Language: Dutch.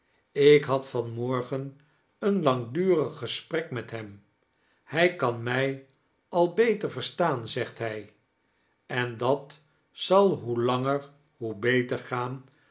ik had van morgen een langdurig gesprek met hem hij kan mij al beter verstaan zegt hij en dat zal hoe langer hoe beter gaan